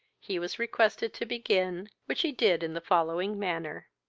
he was requested to begin, which he did in the following manner.